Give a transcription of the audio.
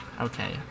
Okay